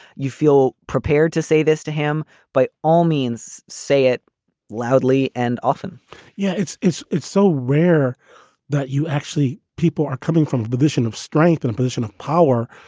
you feel prepared to say this to him by all means. say it loudly and often yeah. it's. it's it's so rare that you actually people are coming from the position of strength in a position of power.